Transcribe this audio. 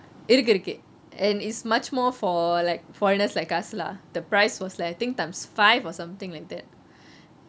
இருக்கு இருக்கு: irukku irukku and it's much more for like foreigners like us lah the price was like I think times five or something like that